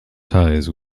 ties